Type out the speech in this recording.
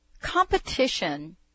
competition